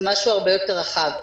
זה משהו הרבה יותר רחב.